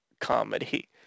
comedy